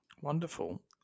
wonderful